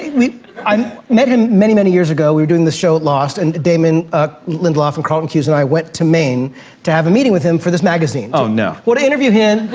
um met him many, many years ago. we were doing the show lost, and damon ah lindelof and carlton cuse and i went to maine to have a meeting with him for this magazine. oh, no. well, to interview him,